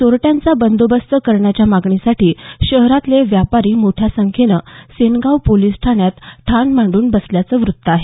चोरट्यांचा बंदोबस्त करण्याच्या मागणीसाठी शहरातले व्यापारी मोठ्या संख्येनं सेनगांव पोलिस ठाण्यात ठाण मांडून बसल्याचं व्रत्त आहे